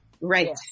Right